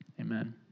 amen